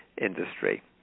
industry